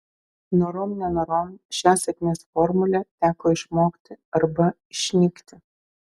norom nenorom šią sėkmės formulę teko išmokti arba išnykti